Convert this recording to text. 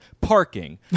parking